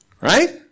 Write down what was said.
Right